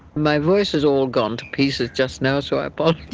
my voice has all gone to pieces just now, so i but